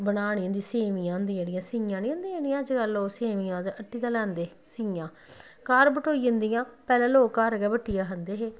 बनानी होंदी सेवियां होंदियां जेह्ड़ियां सियां निं होंदियां अजकल जिनें लोग हट्टी दा लेआंदे सियां घर बटोई जंदियां पैह्लें लोग घर गै बट्टियै खंदे हे